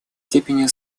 степени